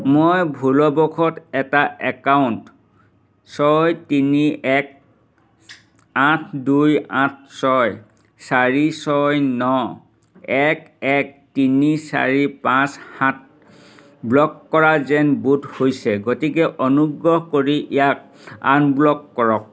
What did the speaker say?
মই ভুলবশতঃ এটা একাউণ্ট ছয় তিনি এক আঠ দুই আঠ ছয় চাৰি ছয় ন এক এক তিনি চাৰি পাঁচ সাত ব্লক কৰা যেন বোধ হৈছে গতিকে অনুগ্ৰহ কৰি ইয়াক আনব্লক কৰক